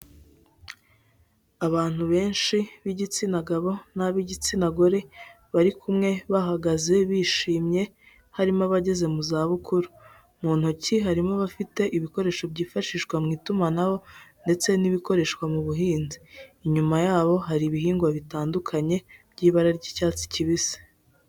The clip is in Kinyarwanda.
Abantu benshi b'igitsina gabo n'ab'igitsina gore, bari kumwe, bahagaze, bishimye, harimo abageze mu zabukuru, mu ntoki harimo abafite ibikoresho byifashishwa mu itumanaho, ndetse n'ibikoreshwa mu buhinzi, inyuma yabo hari ibihingwa bitandukanye by'ibara ry'icyatsi kibisi.